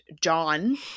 john